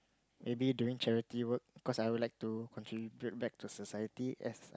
maybe doing charity work because I would like to contribute back to society as